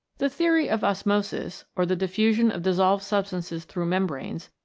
the theory of osmosis, or the diffusion of dis solved substances through membranes,